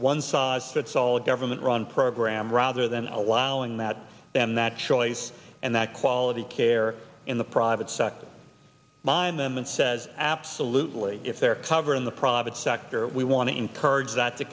one size fits all a government run program rather than allowing that and that choice and that quality care in the private sector mind them and says absolutely if they're covered in the private sector we want to encourage that to